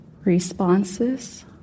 Responses